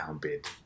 bid